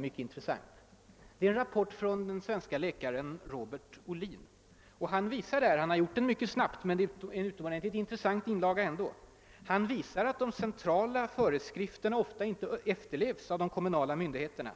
mycket intressant bilaga. Det är en rapport från den svenske läkaren Robert Olin. Det är en utredning som gjorts mycket snabbt men som ändå är utomordentligt värdefull. Olin visar att de centrala föreskrifterna ofta inte efterlevys av de kommunala myndigheterna.